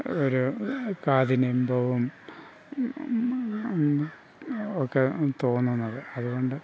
ഒരു കാതിന് ഇമ്പവും ഒക്കെ തോന്നുന്നത് അതുകൊണ്ട്